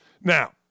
Now